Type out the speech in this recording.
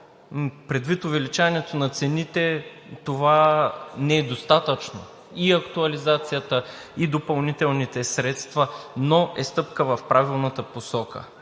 Предвид увеличаването на цените, това не е достатъчно – и актуализацията, и допълнителните средства, но е стъпка в правилната посока.